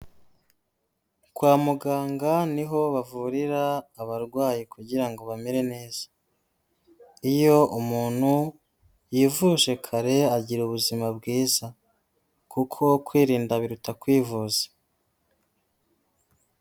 Kwa muganga niho bavurira abarwayi kugira ngo bamere neza. Iyo umuntu yivuje kare agira ubuzima bwiza kuko kwirinda biruta kwivuza.